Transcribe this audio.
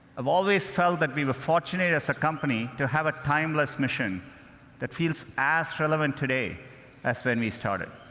i've always felt that we were fortunate as a company to have a timeless mission that feels as relevant today as when we started.